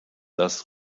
das